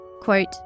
Quote